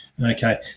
Okay